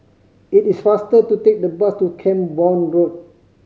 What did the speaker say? it is faster to take the bus to Camborne Road